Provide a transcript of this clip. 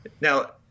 Now